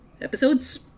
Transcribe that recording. episodes